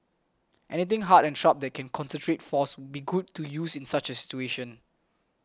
anything hard and sharp that can concentrate force be good to use in such a situation